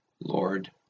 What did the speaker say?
Lord